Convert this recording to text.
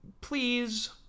please